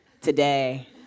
today